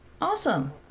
Awesome